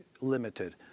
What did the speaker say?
limited